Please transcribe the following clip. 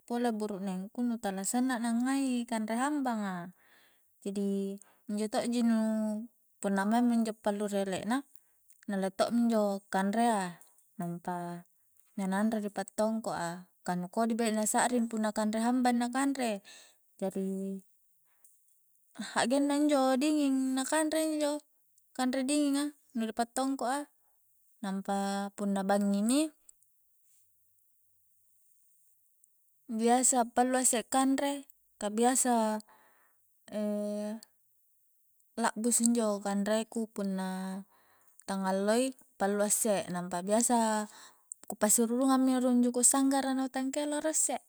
Pole burukneng ku nu tala sanna na ngai kanre hambanga jadi injo toji nu punna maing mi injo pallu ri ele'na na alle to'mi injo kanrea nampa na nanro ri pattongko a, ka nu kodi be'na sa'ring punna kanre hambang na kanre jari hakgenna injo dinging na kanre injo kanre dinging a nu ri pattongko a nampa punna bangngi mi biasa pallu a isse kanre ka biasa la'busu injo kanre ku punna tang alloi pallu a isse nampa biasa ku pasirurungang mi rung juku' sanggara na utang keloro isse